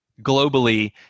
globally